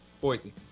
Boise